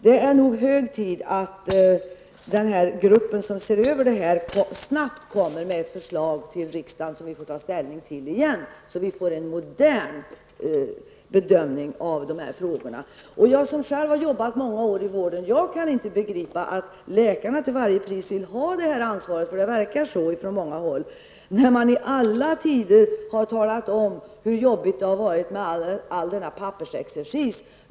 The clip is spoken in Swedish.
Det är nog hög tid att den arbetsgrupp som ser över detta snabbt lägger fram ett förslag till riksdagen som vi får ta ställning till igen, så att vi får en modern bedömning av dessa frågor. Jag har själv arbetat många år i vården och kan inte förstå att läkarna till varje pris vill ha detta ansvar. På många håll verkar det vara så. De har ju i alla tider talat om hur jobbigt det har varit med all pappersexercis.